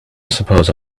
suppose